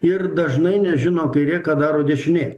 ir dažnai nežino kairė ką daro dešinė